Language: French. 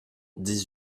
dix